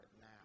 now